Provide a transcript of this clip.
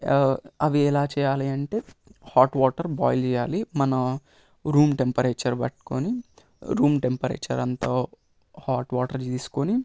అవి ఎలా చేయాలి అంటే హాట్ వాటర్ బాయిల్ చేయాలి మన రూమ్ టెంపరేచర్ పట్టుకొని రూమ్ టెంపరేచర్ అంత హాట్ వాటర్ తీసుకొని